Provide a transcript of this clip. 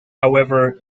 however